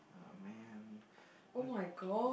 !aww! man what if